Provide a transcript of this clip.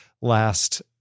last